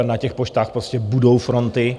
Na těch poštách prostě budou fronty.